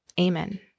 Amen